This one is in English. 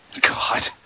God